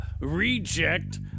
reject